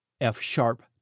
F-sharp